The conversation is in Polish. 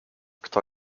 kto